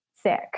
sick